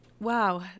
Wow